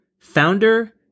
Founder